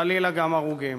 חלילה, גם הרוגים.